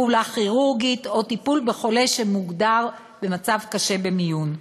פעולה כירורגית או טיפול בחולה שמוגדר במצב קשה במיון,